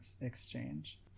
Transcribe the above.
exchange